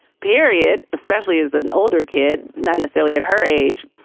period, especially as an older kid, not necessarily at her age,